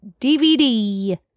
DVD